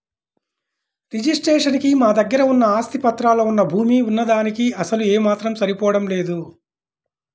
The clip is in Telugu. రిజిస్ట్రేషన్ కి మా దగ్గర ఉన్న ఆస్తి పత్రాల్లో వున్న భూమి వున్న దానికీ అసలు ఏమాత్రం సరిపోడం లేదు